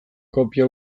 kopia